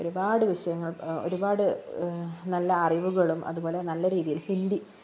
ഒരുപാട് വിഷയങ്ങൾ ഒരുപാട് നല്ല അറിവുകളും അതുപോലെ നല്ല രീതിയിൽ ഹിന്ദി